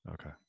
okay